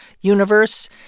universe